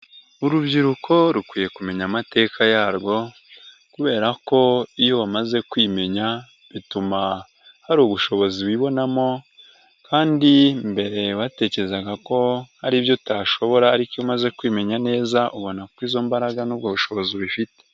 Urubyiruko rukwiye kumenya amateka yarwo kubera ko iyo bamaze kwimenya bituma hari ubushobozi wibonamo kandi mbere, batekerezaga ko hari ibyo utashobora ariko umaze kwimenya neza, ubona ko izo mbaraga nubwo bushobozi ubifite.